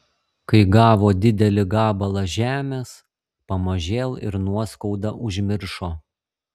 kai gavo didelį gabalą žemės pamažėl ir nuoskaudą užmiršo